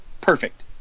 Perfect